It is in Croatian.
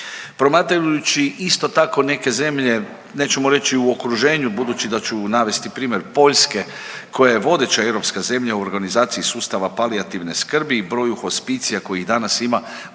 Promatrajući isto tako neke zemlje, nećemo reći u okruženju budući da ću navesti primjer Poljske koja je vodeća europska zemlja u organizaciji sustava palijativne skrbi i broju hospicija kojih danas ima